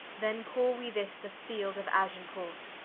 then call we this the field of agincourt,